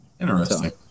Interesting